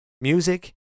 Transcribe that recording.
music